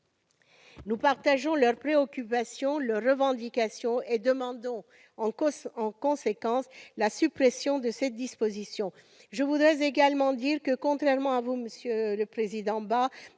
Nous partageons leurs préoccupations, leurs revendications et demandons, en conséquence, la suppression de ces dispositions. Contrairement à vous, monsieur le président Bas,